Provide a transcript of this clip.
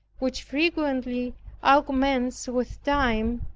which frequently augments with time,